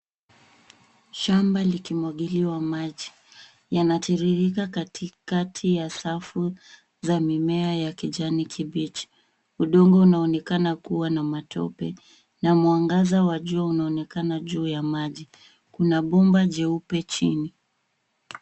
Shamba likimwagiliwa maji. Yanatiririka katikati ya safu za mimea ya kijani kibichi. Udongo unaonekana kuwa na matope na mwangaza wa jua unaonekana juu ya maji. Kuna bomba jeupe chini.